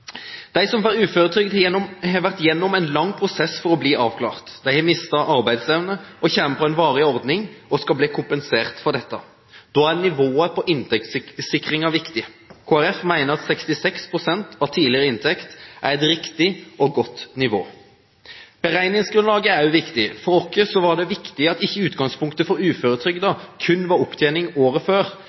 De som får uføretrygd, har vært gjennom en lang prosess for å bli avklart. De har mistet arbeidsevne, kommer på en varig ordning og skal bli kompensert for dette. Da er nivået på inntektssikringen viktig. Kristelig Folkeparti mener at 66 pst. av tidligere inntekt er et riktig og godt nivå. Beregningsgrunnlaget er også viktig. For oss var det viktig at ikke utgangspunktet for uføretrygden kun var opptjeningen året før,